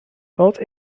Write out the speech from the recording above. bought